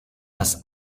das